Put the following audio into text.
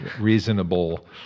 reasonable